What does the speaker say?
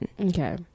Okay